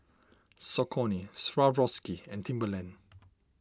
Saucony Swarovski and Timberland